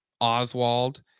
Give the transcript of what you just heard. Oswald